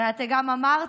הרי אתה גם אמרת: